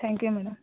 thank you madam